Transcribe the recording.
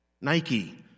Nike